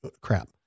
crap